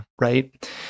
right